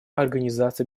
организации